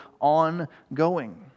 ongoing